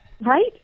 right